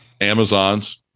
Amazons